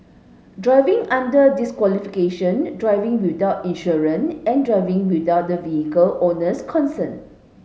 driving under disqualification driving without insurance and driving without the vehicle owner's consent